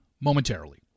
momentarily